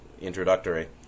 introductory